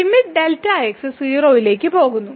limit delta x 0 ലേക്ക് പോകുന്നു